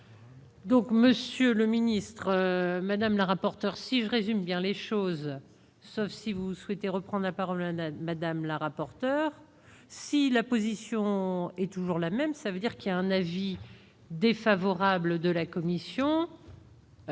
Donc, Monsieur le ministre madame la rapporteure, si je résume bien les choses : si vous souhaitez reprend la parole à la madame la rapporteure si la position est toujours la même : ça veut dire qu'il y a un avis défavorable de la commission.